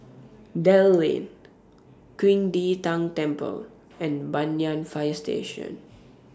Dell Lane Qing De Tang Temple and Banyan Fire Station